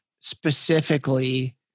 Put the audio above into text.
specifically